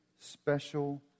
special